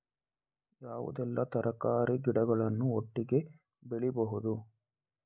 ಯಾವುದೆಲ್ಲ ತರಕಾರಿ ಗಿಡಗಳನ್ನು ಒಟ್ಟಿಗೆ ಬೆಳಿಬಹುದು?